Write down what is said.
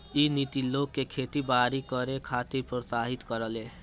इ नीति लोग के खेती बारी करे खातिर प्रोत्साहित करेले